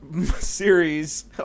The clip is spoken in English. series